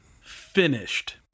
finished